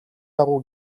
дагуу